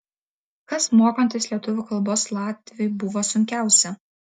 kas mokantis lietuvių kalbos latviui buvo sunkiausia